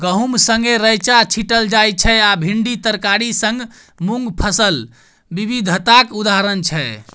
गहुम संगै रैंचा छीटल जाइ छै आ भिंडी तरकारी संग मुँग फसल बिबिधताक उदाहरण छै